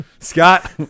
Scott